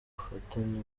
bufatanye